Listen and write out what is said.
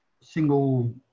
single